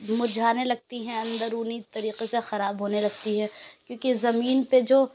مرجھانے لگتی ہیں اندرونی طریقے سے خراب ہونے لگتی ہیں کیوں کہ زمین پہ جو